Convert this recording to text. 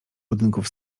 budynków